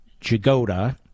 Jagoda